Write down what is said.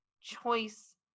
choice